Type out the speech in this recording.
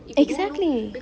exactly